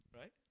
Right